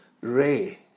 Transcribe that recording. ray